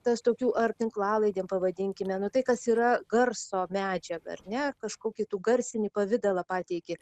tas tokių ar tinklalaidėm pavadinkime nu tai kas yra garso medžiaga ar ne kažkuo kitu garsinį pavidalą pateiki